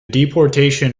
deportation